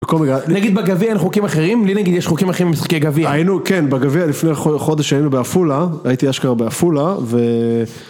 -נגיד בגביע אין חוקים אחרים? לי נגיד יש חוקים אחרים עם משחקי הגביע. -היינו, כן, בגביע לפני חודש היינו בעפולה, הייתי אשכרה בעפולה ו...